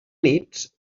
nits